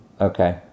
Okay